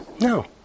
No